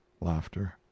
Laughter